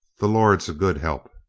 the lord's a good help.